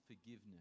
forgiveness